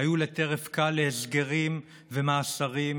שהיו לטרף קל להסגרים ומאסרים,